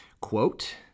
Quote